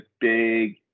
big